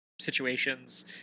situations